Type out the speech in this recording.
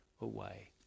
away